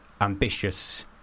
ambitious